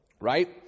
Right